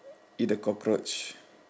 eat a cockroach